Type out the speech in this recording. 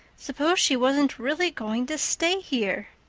suppose she wasn't really going to stay here!